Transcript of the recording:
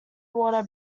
water